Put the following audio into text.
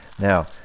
Now